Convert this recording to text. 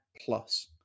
plus